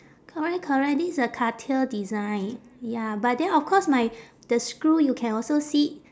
correct correct this is a cartier design ya but then of course my the screw you can also see